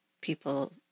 people